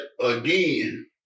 again